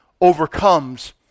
overcomes